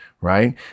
right